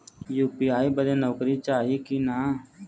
UPI बदे नौकरी चाही की ना?